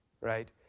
right